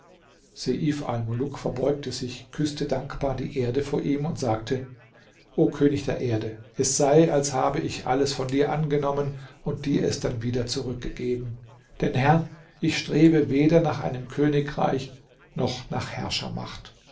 verbeugte sich küßte dankbar die erde vor ihm und sagte o könig der erde es sei als habe ich alles von dir angenommen und dir es dann wieder zurückgegeben denn herr ich strebe weder nach einem königreich noch nach